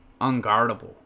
unguardable